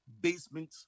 basement